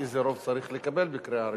איזה רוב צריך לקבל בקריאה ראשונה.